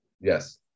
Yes